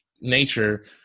nature